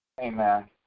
Amen